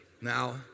Now